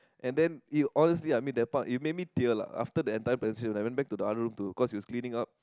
and then it honestly I mean that part it made me tear lah after the entire presentation I went back to the other room to cause it was cleaning up